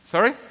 Sorry